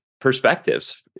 perspectives